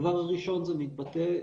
הדבר הראשון זה מתבטא במוכנות,